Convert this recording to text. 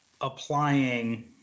applying